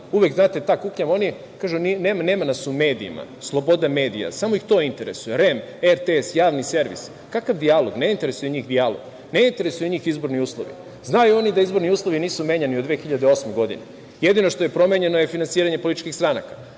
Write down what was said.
Uvek, znate, ta kuknjava. Oni kažu – nema nas u medijima, sloboda medija. Samo ih to interesuje, REM, RST, Javni servis. Kakav dijalog, ne interesuje njih dijalog, ne interesuju njih izborni uslovi. Znaju oni da izborni uslovi nisu menjani od 2008. godine. Jedino što je promenjeno je finansiranje političkih stranaka,